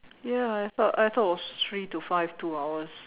ya I thought I thought it was three to five two hours